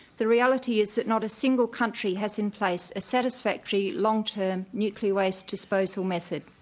the reality is that not a single country has in place as satisfactory, long-term nuclear waste disposal method